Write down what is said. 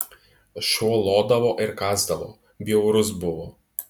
šuo lodavo ir kąsdavo bjaurus buvo